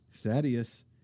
Thaddeus